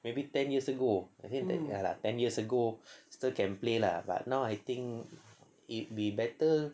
maybe ten years ago I think ya lah ten years ago still can play lah but now I think it'd be better